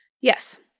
Yes